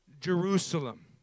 Jerusalem